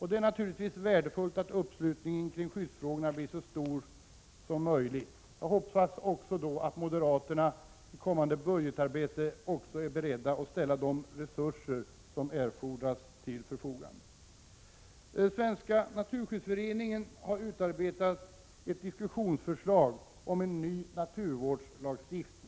Det är naturligtvis värdefullt att uppslutningen kring skyddsfrågorna blir så stor som möjligt. Jag hoppas bara att moderaterna i kommande budgetarbete också är beredda att ställa de resurser som erfordras till förfogande. Svenska naturskyddsföreningen har utarbetat ett diskussionsförslag om en ny naturvårdslagstiftning.